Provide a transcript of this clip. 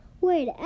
Wait